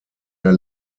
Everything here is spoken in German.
der